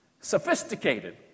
sophisticated